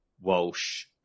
Walsh